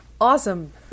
Awesome